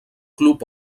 club